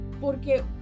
porque